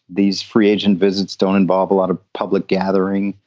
these free agent visits don't involve a lot of public gathering.